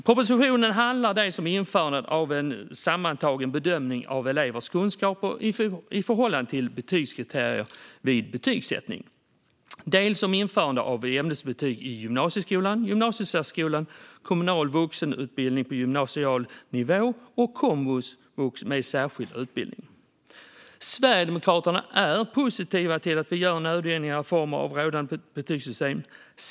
Propositionen handlar dels om införandet av en sammantagen bedömning av elevers kunskaper i förhållande till betygskriterier vid betygssättning, dels om införandet av ämnesbetyg i gymnasieskolan, gymnasiesärskolan, kommunal vuxenutbildning på gymnasial nivå och komvux som särskild utbildning. Sverigedemokraterna är positiva till att det görs nödvändiga reformer av rådande betygssystem.